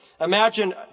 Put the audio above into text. Imagine